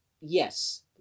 yes